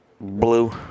Blue